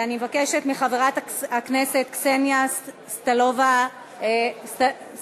אני מבקשת מחברת הכנסת קסניה סבטלובה לעלות,